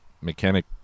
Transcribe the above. Mechanic